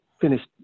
finished